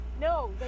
No